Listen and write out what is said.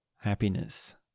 happiness